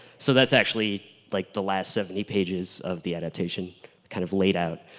so that's actually like the last seventy pages of the adaptation kind of laid out.